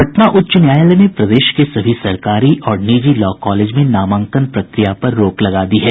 पटना उच्च न्यायालय ने प्रदेश के सभी सरकारी और निजी लॉ कॉलेज में नामांकन प्रक्रिया पर रोक लगा दी है